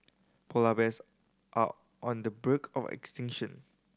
polar bears are on the of extinction